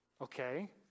Okay